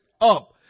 up